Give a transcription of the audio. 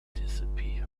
disappeared